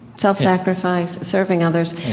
self-sacrifice, serving others.